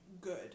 good